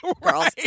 Girls